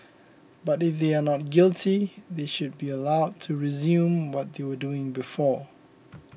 but if they are not guilty they should be allowed to resume what they were doing before